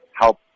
help